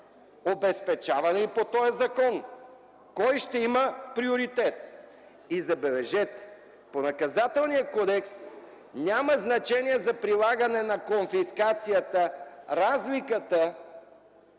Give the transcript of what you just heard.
обезпечаване и по този закон? Кой ще има приоритет? Забележете, по Наказателния кодекс няма значение за прилагане на конфискацията разликата,